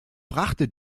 brachte